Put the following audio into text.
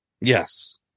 Yes